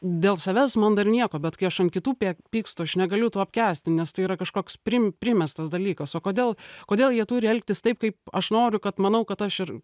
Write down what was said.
dėl savęs man dar nieko bet kai aš ant kitų pė pykstu aš negaliu to apkęsti nes tai yra kažkoks prim primestas dalykas o kodėl kodėl jie turi elgtis taip kaip aš noriu kad manau kad aš ir